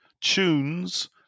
Tunes